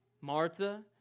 Martha